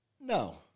No